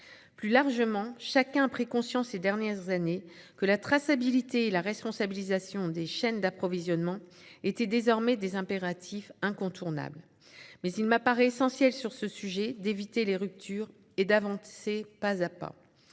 Plus largement, chacun a pris conscience ces dernières années que la traçabilité et la responsabilisation des chaînes d'approvisionnement étaient désormais des impératifs incontournables. Mais il m'apparaît essentiel sur ce sujet d'éviter les ruptures et d'avancer pas à pas.